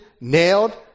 nailed